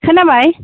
खोनाबाय